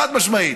חד-משמעית.